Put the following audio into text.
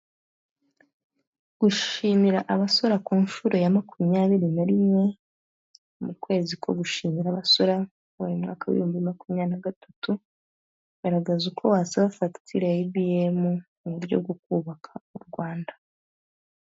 Gushimira abasora ku nshuro ya makumyabiri na rimwe, mu kwezi ko gushimira abasora, wabaye mu mwaka w'ibihumbi bibiri na makumyabiri na gatatu, bagaragaza uko wasaba fagitire EBM mu buryo bwo kubaka u Rwanda.